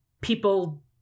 people